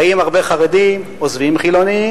באים הרבה חרדים, עוזבים חילונים.